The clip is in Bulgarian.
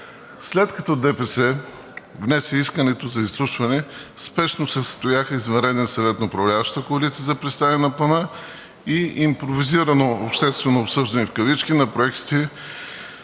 След като ДПС внесе искането за изслушване, спешно се състояха извънреден съвет на управляващата коалиция за представяне на Плана и импровизирано обществено обсъждане в кавички на проектите